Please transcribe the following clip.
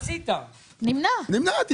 גם אני נמנע.